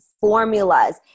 formulas